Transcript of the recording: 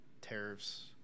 tariffs